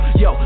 yo